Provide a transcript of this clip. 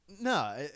No